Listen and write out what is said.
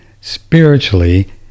spiritually